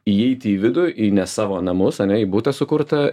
įeiti į vidų į ne savo namus ane į butą sukurtą ir rasti kur yra